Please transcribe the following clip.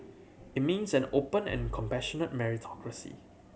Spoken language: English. it means an open and compassionate meritocracy